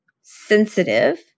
sensitive